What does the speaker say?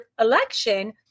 election